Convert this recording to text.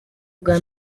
bwa